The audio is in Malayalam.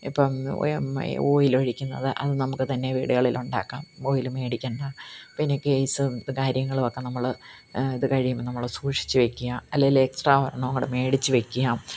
ഇപ്പം ഒയം ഒയെ ഓയിൽ ഒഴിക്കുന്നത് അത് നമുക്ക് തന്നെ വീടുകളിൽ ഉണ്ടാക്കാം ഓയിൽ മേടിക്കേണ്ട പിന്നെ ഈ കേസും കാര്യങ്ങളും ഒക്കെ നമ്മൾ ഇത് കഴിയുമ്പം നമ്മൾ സൂക്ഷിച്ച് വയ്ക്കുക അല്ലെങ്കിൽ എക്സ്ട്രാ ഒരെണ്ണവും കൂടെ മേടിച്ച് വയ്ക്കുക